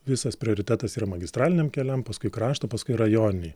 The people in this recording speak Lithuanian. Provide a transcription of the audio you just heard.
visas prioritetas yra magistraliniam keliam paskui krašto paskui rajoniniai